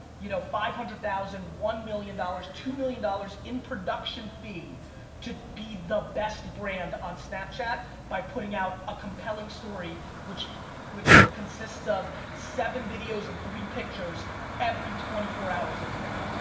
you know five hundred thousand, one million dollars, two million dollars in production fee to be the best brand on snapchat by putting out a compelling story which which consists of seven videos and three pictures every twenty four hours of the day.